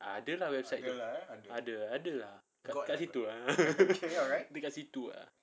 ada lah website tu ada ada lah masih situ ah